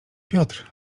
piotr